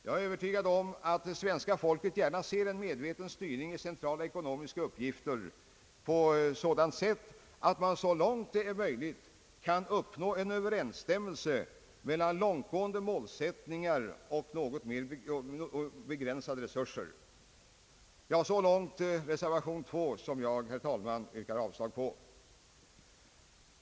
Jag är övertygad om att det svenska folket gärna ser en medveten styrning i centrala ekonomiska uppgifter på ett sådant sätt, att man så långt är möjligt kan uppnå en överensstämmelse mellan långtgående målsättningar — som ofta beslutas av riksdagen — och de begränsade resurserna. Så långt om reservation 2, som jag, herr talman, yrkar avslag på.